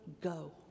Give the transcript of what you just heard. go